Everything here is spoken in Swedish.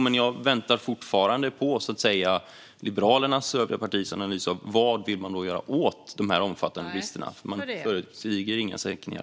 Men jag väntar fortfarande på Liberalernas och övriga partiers analys av vad man vill göra åt de omfattande bristerna. Man föreslår nämligen inga sänkningar.